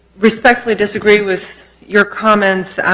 respectfully disagree with your comments,